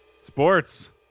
sports